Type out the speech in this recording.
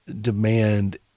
demand